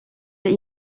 that